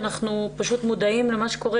אנחנו פשוט מודעים למה שקורה,